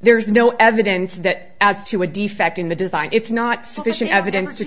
there's no evidence that as to a defect in the design it's not sufficient evidence to